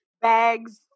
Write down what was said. Bags